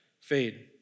fade